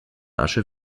asche